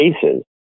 cases